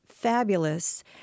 fabulous